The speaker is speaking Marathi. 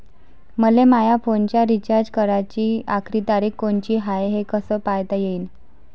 मले माया फोनचा रिचार्ज कराची आखरी तारीख कोनची हाय, हे कस पायता येईन?